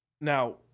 now